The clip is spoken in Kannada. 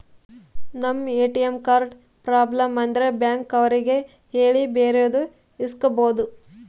ನಮ್ ಎ.ಟಿ.ಎಂ ಕಾರ್ಡ್ ಪ್ರಾಬ್ಲಮ್ ಆದ್ರೆ ಬ್ಯಾಂಕ್ ಅವ್ರಿಗೆ ಹೇಳಿ ಬೇರೆದು ಇಸ್ಕೊಬೋದು